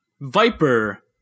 Viper